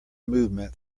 movement